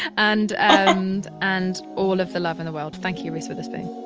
and and and all of the love in the world. thank you, reese witherspoon